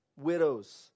widows